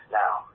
now